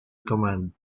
command